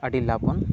ᱟᱹᱰᱤ ᱞᱟᱵᱷ ᱵᱚᱱ